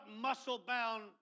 muscle-bound